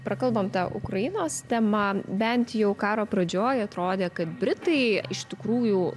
prakalbom ta ukrainos tema bent jau karo pradžioj atrodė kad britai iš tikrųjų